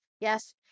Yes